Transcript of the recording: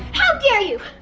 how dare you!